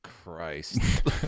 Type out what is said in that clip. Christ